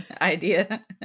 idea